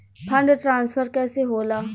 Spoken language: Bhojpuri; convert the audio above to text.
फण्ड ट्रांसफर कैसे होला?